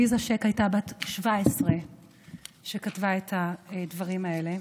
עליזה ש"ק הייתה בת 17 כשכתבה את הדברים האלה.